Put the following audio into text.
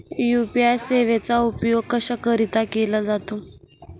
UPI सेवेचा उपयोग कशाकरीता केला जातो?